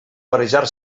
barrejar